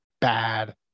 bad